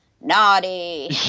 naughty